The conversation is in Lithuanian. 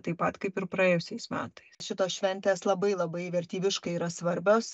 taip pat kaip ir praėjusiais metais šitos šventės labai labai vertybiškai yra svarbios